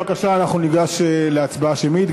ניגש להצבעה שמית.